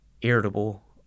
irritable